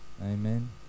Amen